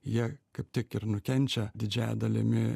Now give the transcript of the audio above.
jie kaip tik ir nukenčia didžiąja dalimi